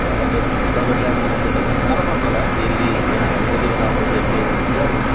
अँ तपाईँहरू ड्राइभर मान्छेहरूलाई झन साह्रो पर्छ होला है डेली हिँडेर हामी कोही कोही बेला आउँदा त यस्तो हुन्छ हो